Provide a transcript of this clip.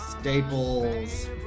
Staples